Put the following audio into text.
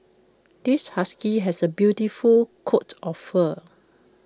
this husky has A beautiful coat of fur